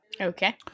Okay